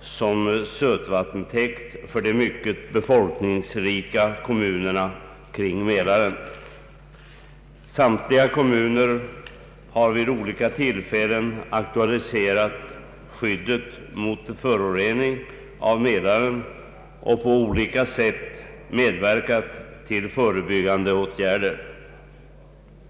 som sötvattentäkt för de mycket befolkningsrika kommunerna kring Mälaren. Samtliga kommuner har vid olika tillfällen aktualiserat skyddet mot förorening av Mälaren och på olika sätt medverkat till förebyggande åtgärder.